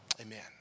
amen